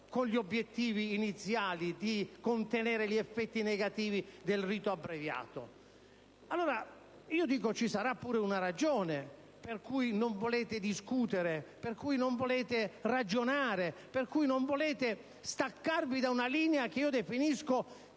con gli obiettivi iniziali di contenere gli effetti negativi del rito abbreviato. Ci sarà pure una ragione per cui non volete discutere, per cui non volete ragionare e staccarvi da una linea che io definisco